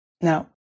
Now